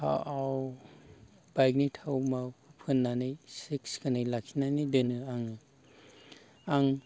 थाव बाइकनि थाव माबाखौ फोन्नानै साब सिखोनै लाखिनानै दोनो आङो आं